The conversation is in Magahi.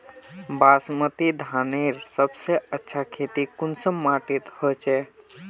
बासमती धानेर सबसे अच्छा खेती कुंसम माटी होचए?